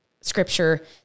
scripture